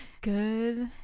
Good